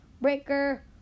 Breaker